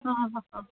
ಹಾಂ ಹಾಂ ಹಾಂ